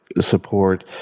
support